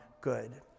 good